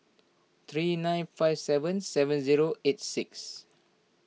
three nine five seven seven zero eight six